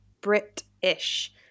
Brit-ish